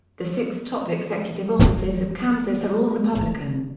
the six top executive offices of kansas are all republican.